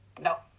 No